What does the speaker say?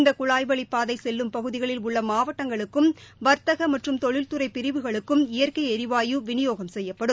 இந்த குழாய் வழிப்பாதை செல்லும் பகுதிகளில் உள்ள மாவட்டங்களுக்கும் வர்த்தக மற்றும் தொழில்துறை பிரிவுகளுக்கு இயற்கை ளிவாயு விநியோகம் செய்யப்படும்